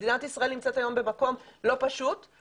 מדינת ישראל נמצאת היום במקום לא פשוט,